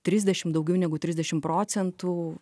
trisdešim daugiau negu trisdešim procentų